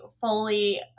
fully